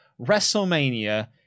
WrestleMania